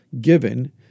given